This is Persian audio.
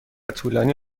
طولانی